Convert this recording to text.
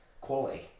quality